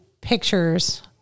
pictures